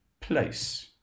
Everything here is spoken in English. place